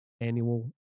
annual